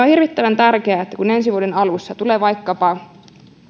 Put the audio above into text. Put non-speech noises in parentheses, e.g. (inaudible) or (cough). (unintelligible) hirvittävän tärkeää että kun ensi vuoden alussa tulee vaikkapa